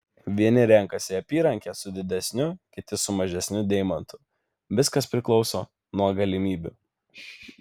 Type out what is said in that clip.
vieni renkasi apyrankę su didesniu kiti su mažesniu deimantu viskas priklauso nuo galimybių